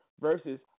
versus